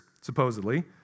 supposedly